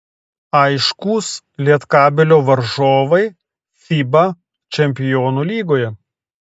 aiškūs lietkabelio varžovai fiba čempionų lygoje